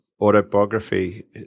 autobiography